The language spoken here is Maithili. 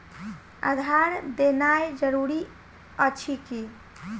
आधार देनाय जरूरी अछि की?